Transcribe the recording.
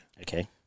Okay